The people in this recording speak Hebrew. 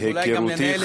אז אולי גם ננהל איזה,